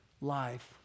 life